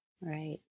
Right